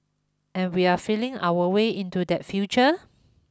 and we're feeling our way into that future